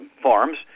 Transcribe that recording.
farms